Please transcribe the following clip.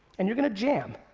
and you're gonna jam.